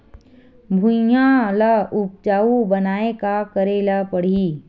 भुइयां ल उपजाऊ बनाये का करे ल पड़ही?